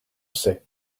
sais